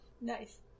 Nice